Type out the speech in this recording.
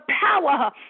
power